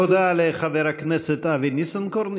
תודה לחבר הכנסת אבי ניסנקורן,